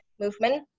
movement